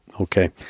Okay